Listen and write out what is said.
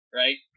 right